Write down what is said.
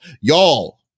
Y'all